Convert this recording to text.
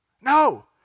No